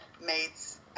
mates